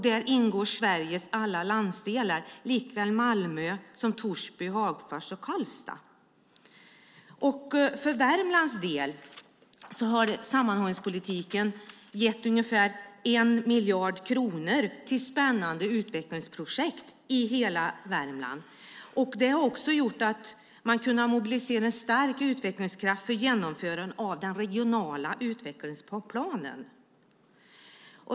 Där ingår alla delar av Sverige - Malmö liksom Torsby, Hagfors och Karlstad. Sammanhållningspolitiken har gett ungefär 1 miljard kronor till spännande utvecklingsprojekt i hela Värmland. Det har gjort att man också kunnat mobilisera en stark utvecklingskraft för genomförandet av den regionala utvecklingsplanen.